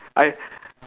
I